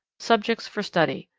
subjects for study.